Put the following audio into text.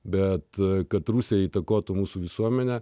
bet kad rusija įtakotų mūsų visuomenę